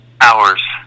Hours